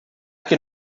can